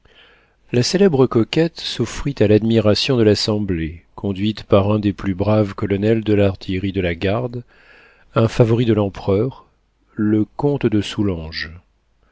la célèbre coquette s'offrit à l'admiration de l'assemblée conduite par un des plus braves colonels de l'artillerie de la garde un favori de l'empereur le comte de soulanges